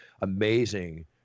amazing